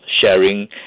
sharing